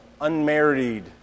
Unmarried